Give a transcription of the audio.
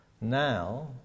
now